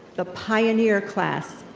the pioneer class,